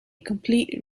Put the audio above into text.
complete